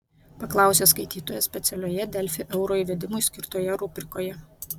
paklausė skaitytojas specialioje delfi euro įvedimui skirtoje rubrikoje